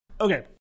Okay